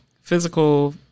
physical